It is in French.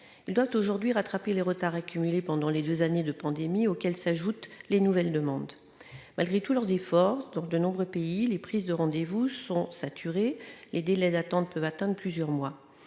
il doit aujourd'hui rattraper les retards accumulés pendant les 2 années de pandémie, auxquels s'ajoutent les nouvelles demandes, malgré tous leurs efforts, donc, de nombreux pays, les prises de rendez-vous sont saturés, les délais d'attente peuvent atteindre plusieurs mois